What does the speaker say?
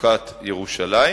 לחלוקת ירושלים,